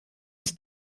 des